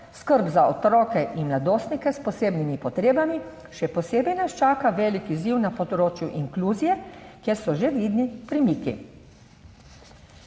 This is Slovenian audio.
skrb za otroke in mladostnike s posebnimi potrebami, še posebej nas čaka velik izziv na področju inkluzije, kjer so že vidni premiki.